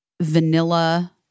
vanilla